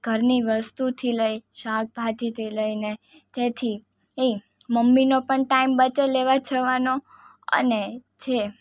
ઘરની વસ્તુથી લઈ શાકભાજીથી લઈને જેથી એ મમ્મીનો પણ ટાઈમ બચે લેવા જવાનો અને જે